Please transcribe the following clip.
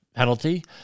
penalty